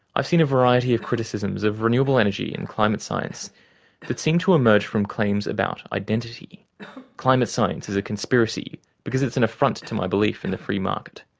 i've seen a variety of criticisms of renewable energy and climate science that seem to emerge from claims about identity climate science is a conspiracy because it's an affront to my belief in the free market.